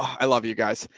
i love you guys.